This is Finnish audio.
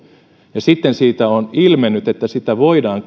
ja sitten siitä on ilmennyt että sitä voidaan